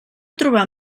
trobar